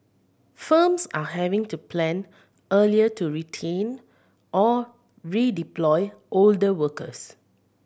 firms are having to plan earlier to retrain or redeploy older workers